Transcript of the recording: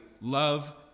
love